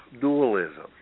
dualism